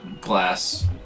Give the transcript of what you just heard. glass